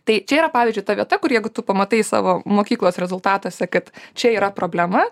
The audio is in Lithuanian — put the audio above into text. tai čia yra pavyzdžiui ta vieta kur jeigu tu pamatai savo mokyklos rezultatuose kad čia yra problema